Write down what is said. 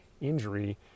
injury